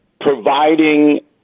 providing